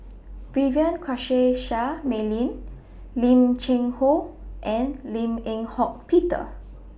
Vivien Quahe Seah Mei Lin Lim Cheng Hoe and Lim Eng Hock Peter